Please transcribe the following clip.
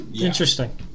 Interesting